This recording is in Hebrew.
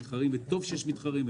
אני חושב שטוב שיש מתחרים,